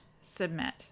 submit